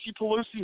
Pelosi